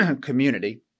community